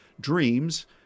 dreams